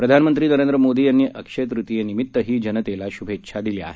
प्रधानमंत्री नरेंद्र मोदी यांनी अक्षय तृतीयेनिमितही जनतेला श्भेच्छा दिल्या आहेत